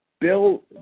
bill